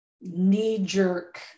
knee-jerk